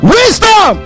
wisdom